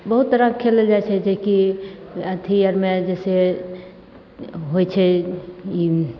बहुत तरहके खेलल जाइत छै जेकि अथी आरमे जैसे होइत छै ई